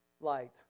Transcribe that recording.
light